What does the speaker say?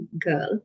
girl